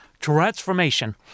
transformation